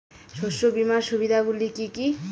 শস্য বিমার সুবিধাগুলি কি কি?